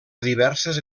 diverses